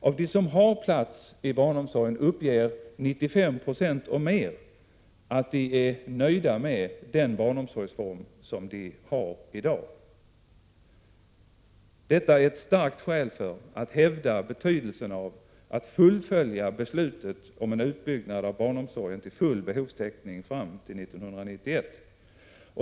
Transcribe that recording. Av de föräldrar vilkas barn har plats i barnomsorgen uppger 95 9 och mer att de är nöjda med den barnomsorgsform som de har i dag. Detta är ett starkt skäl för att hävda betydelsen av att fullfölja beslutet om en utbyggnad av barnomsorgen till full behovstäckning fram till 1991.